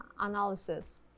analysis